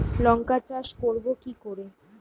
লঙ্কা চাষ করব কি করে?